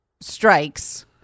strikes